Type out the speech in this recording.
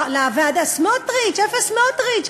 איפה סמוטריץ?